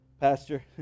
Pastor